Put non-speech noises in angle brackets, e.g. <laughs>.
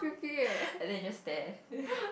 <laughs> and then you just stare